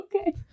Okay